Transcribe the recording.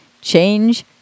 change